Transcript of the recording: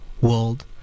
world